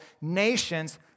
nations